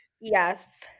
Yes